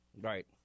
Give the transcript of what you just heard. Right